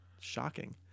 shocking